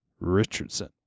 Richardson